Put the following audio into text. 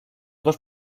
dos